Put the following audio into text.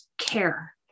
care